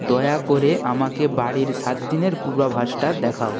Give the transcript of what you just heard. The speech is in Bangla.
দয়া করে আমাকে বাড়ির সাত দিনের পূর্বাভাসটা দেখাও